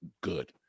good